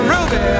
Ruby